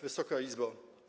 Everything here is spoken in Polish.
Wysoka Izbo!